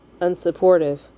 Unsupportive